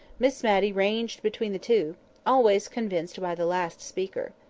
miss matty ranged between the two always convinced by the last speaker.